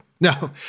No